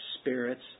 spirits